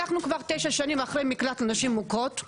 אנחנו כבר תשע שנים אחרי מקלט נשים מוכות,